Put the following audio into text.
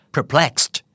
Perplexed